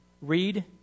read